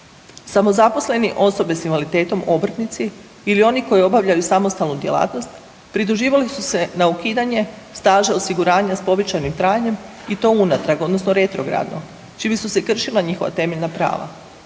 Samozaposleni osobe s invaliditetom, obrtnici ili oni koji obavljaju samostalnu djelatnost pridruživali su se na ukidanje staža osiguranja s povećanim trajanjem i to unatrag odnosno retrogradno čime su se kršila njihova temeljna prava.